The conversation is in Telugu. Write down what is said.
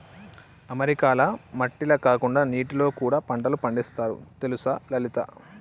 అమెరికాల మట్టిల కాకుండా నీటిలో కూడా పంటలు పండిస్తారు తెలుసా లలిత